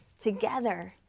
together